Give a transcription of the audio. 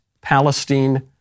Palestine